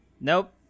Nope